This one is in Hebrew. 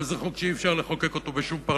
אבל זה חוק שאי-אפשר לחוקק בשום פרלמנט,